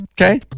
Okay